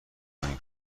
کنیم